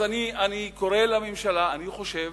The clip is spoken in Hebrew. אני קורא לממשלה, אני חושב